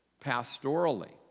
pastorally